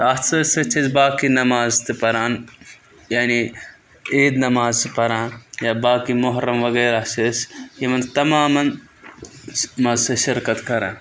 تہٕ اَتھ سۭتۍ سۭتۍ چھِ أسۍ باقٕے نماز تہِ پَران یعنی عیٖد نماز چھِ پَران یا باقٕے محرَم وغیرہ چھِ أسۍ یِمَن تَمامَن منٛز چھِۍ شِرکت کَران